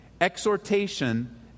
exhortation